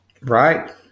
Right